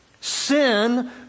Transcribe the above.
Sin